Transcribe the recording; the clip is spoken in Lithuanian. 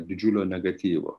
didžiulio negatyvo